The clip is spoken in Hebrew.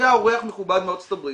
היה אורח מכובד מאוד מארצות הברית,